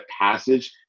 passage